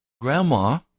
Grandma